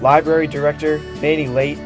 library director mating late